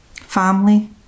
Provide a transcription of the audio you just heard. Family